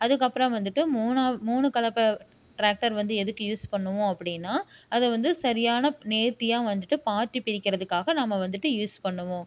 அதுக்கப்புறம் வந்துட்டு மூணாக மூணு கலப்பை டிராக்டர் வந்து எதுக்கு யூஸ் பண்ணுவோம் அப்டின்னா அதை வந்து சரியான நேர்த்தியாக வந்துட்டு பாத்தி பிரிக்கிறதுக்காக நாம் வந்துட்டு யூஸ் பண்ணுவோம்